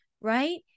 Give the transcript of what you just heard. Right